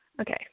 Okay